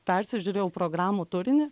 persižiūrėjau programų turinį